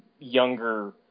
younger